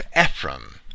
Ephraim